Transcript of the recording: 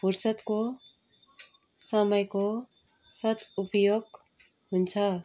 फुर्सदको समयको सद् उपयोग हुन्छ